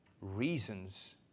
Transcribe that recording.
reasons